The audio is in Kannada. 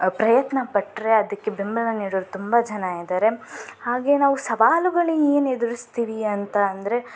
ಪ್ರಯತ್ನಪಟ್ಟರೆ ಅದಕ್ಕೆ ಬೆಂಬಲ ನೀಡೋರು ತುಂಬ ಜನ ಇದ್ದಾರೆ ಹಾಗೇ ನಾವು ಸವಾಲುಗಳು ಏನು ಎದುರಿಸ್ತೀವಿ ಅಂತ ಅಂದರೆ